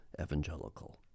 evangelical